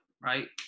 right